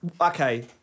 okay